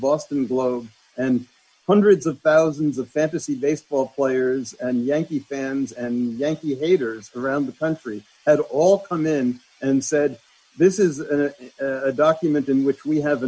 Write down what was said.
boston globe and hundreds of thousands of fantasy baseball players and yankee fans and yankee haters around the country at all come in and said this is a document in which we have